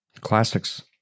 Classics